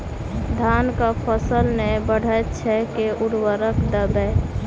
धान कऽ फसल नै बढ़य छै केँ उर्वरक देबै?